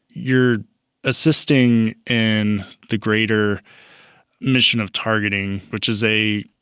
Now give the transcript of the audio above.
you're assisting in the greater mission of targeting, which is a,